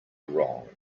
wrong